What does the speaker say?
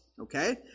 okay